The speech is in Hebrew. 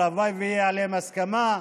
הלוואי שתהיה עליהם הסכמה.